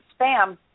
Spam